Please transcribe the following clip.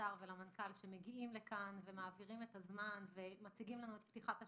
לשר ולמנכ"ל שמגיעים הנה ומציגים לנו את פתיחת השנה.